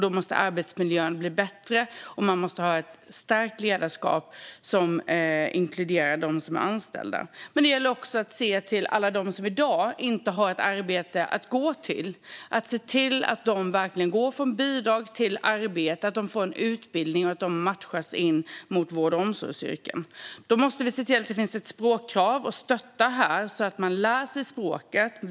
Då måste arbetsmiljön bli bättre, och man måste ha ett starkt ledarskap som inkluderar de anställda. Det gäller också att se till alla dem som i dag inte har ett arbete att gå till. Det gäller att se till att de går från bidrag till arbete, att de får en utbildning och att de matchas in mot vård och omsorgsyrken. Då måste vi se till att det finns ett språkkrav och stötta människor så att de lär sig språket.